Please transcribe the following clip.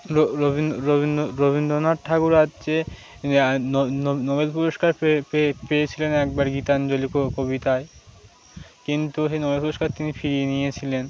রবীন্দ রবীন্দ্রনাথ ঠাকুর আছে নোবেল পুরস্কার পেয়েছিলেন একবার গীতাঞ্জলি কবিতায় কিন্তু সেই নোবেল পুরস্কার তিনি ফিরিয়ে নিয়েছিলেন